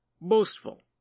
boastful